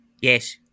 Yes